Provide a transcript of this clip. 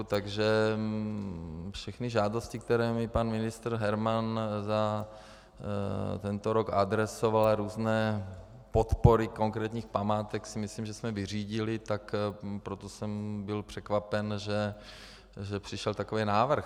Takže všechny žádosti, které mi pan ministr Herman za tento rok adresoval, různé podpory konkrétních památek, si myslím, že jsme vyřídili, tak proto jsem byl překvapen, že přišel takový návrh.